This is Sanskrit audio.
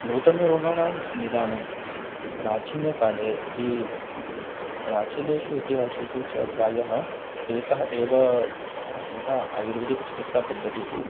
नूतनरोगाणां निदानं प्राचीनकाले इति प्राचीनेषु इतिहासेषु च प्रायः एकः एव यथा आयुर्वेदः चिकित्सापद्धतिः इति